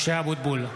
משה אבוטבול,